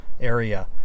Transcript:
area